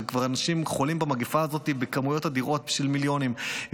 ואנשים כבר חולים במגפה הזאת בכמויות אדירות של מיליונים,